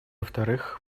вторых